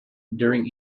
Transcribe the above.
during